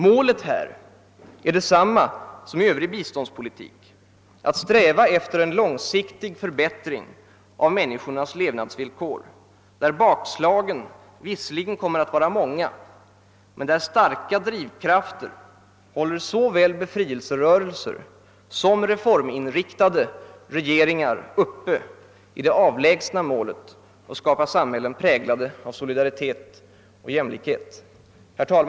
Målet är detsamma som i övrig biståndspolitik; att sträva efter en långsiktig förbättring av människornas levnadsvillkor, där bakslagen visserligen kommer att vara många men där starka drivkrafter håller såväl befrielserörelser som reforminriktade regeringar uppe i det avlägsna målet att skapa samhällen präglade av solidaritet och jämlikhet. Herr talman!